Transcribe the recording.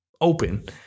open